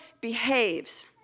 behaves